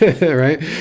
right